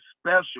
special